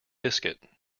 biscuit